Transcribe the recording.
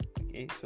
okay